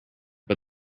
but